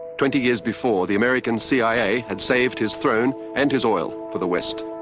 twenty years before, the american cia had saved his throne and his oil, for the west.